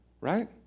right